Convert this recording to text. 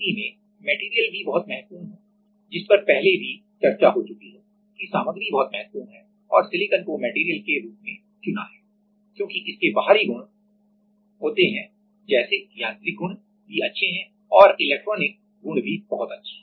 अब इस स्थिति में मेटेरियल भी बहुत महत्वपूर्ण है जिस पर पहले भी चर्चा हो चुकी है कि सामग्री बहुत महत्वपूर्ण है और सिलिकॉन को मेटेरियल के रूप में चुना है क्योंकि इसके बाहरी गुण होते जैसे यांत्रिक गुण भी अच्छे हैं और इलेक्ट्रॉनिक प्रॉपर्टीज भी बहुत अच्छी हैं